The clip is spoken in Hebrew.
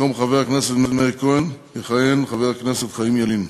במקום חבר הכנסת מאיר כהן יכהן חבר הכנסת חיים ילין.